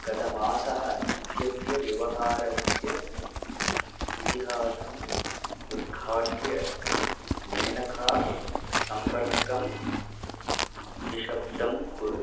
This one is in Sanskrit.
गत मासः इत्यस्य व्यवहारस्य इतिहासम् उद्घाट्य मेनखा सम्पर्कं निशब्दं कुरु